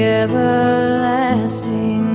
everlasting